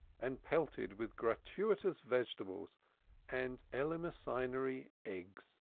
and pelted with gratuitous vegetables and eleemosynary eggs.